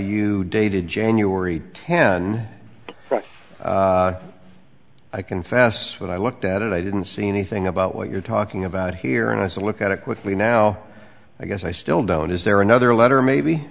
you dated january ten but i confess when i looked at it i didn't see anything about what you're talking about here and i said look at it quickly now i guess i still don't is there another letter maybe